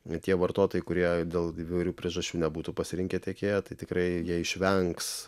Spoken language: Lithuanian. tie vartotojai kurie dėl įvairių priežasčių nebūtų pasirinkę tiekėją tai tikrai jie išvengs